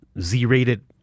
Z-rated